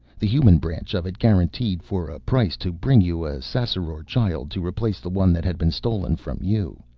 the human branch of it guaranteed, for a price, to bring you a ssassaror child to replace the one that had been stolen from you.